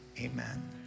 Amen